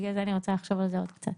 בגלל זה אני רוצה לחשוב על זה עוד קצת.